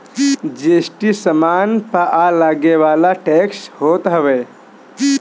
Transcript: GST सामान पअ लगेवाला टेक्स होत हवे